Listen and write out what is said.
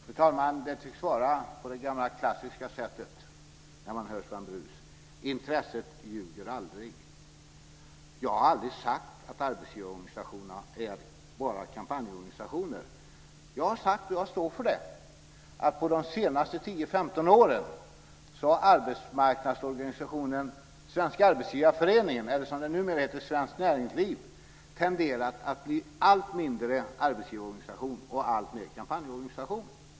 Fru talman! Det tycks vara på det gamla klassiska sättet när man hör Sven Brus: Intresset ljuger aldrig. Jag har aldrig sagt att arbetsgivarorganisationerna bara är kampanjorganisationer. Jag har sagt, och jag står för det, att under de senaste 10-15 åren har arbetsmarknadsorganisationen Svenska Arbetsgivareföreningen, eller som den numera heter, Svenskt Näringsliv, tenderat att bli allt mindre en arbetsorganisation och alltmer en kampanjorganisation.